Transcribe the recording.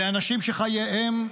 אלה אנשים שחייהם הזדעזעו,